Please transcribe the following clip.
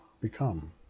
become